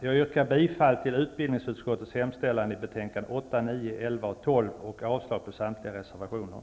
Jag yrkar bifall till utbildningsutskottets hemställan i betänkandena 8,